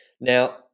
Now